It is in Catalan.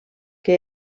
que